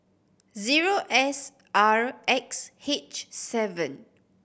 zero S R X H seven